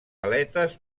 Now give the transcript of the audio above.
aletes